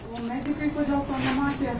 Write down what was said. o medikai kodėl to nematė